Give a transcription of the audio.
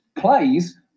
plays